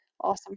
awesome